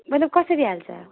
मतलब कसरी हाल्छ